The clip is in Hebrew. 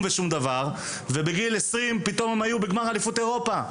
ושום דבר ובגיל 20 פתאום היו בגמר אליפות אירופה.